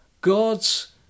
god's